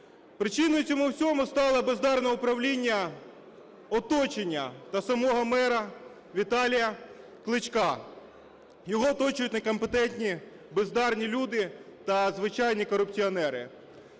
Причиною цьому всьому стало бездарне управління оточення та самого мера Віталія Кличка. Його оточують некомпетентні, бездарні люди та звичайні корупціонери.